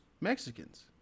Mexicans